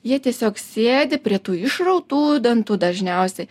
jie tiesiog sėdi prie tų išrautų dantų dažniausiai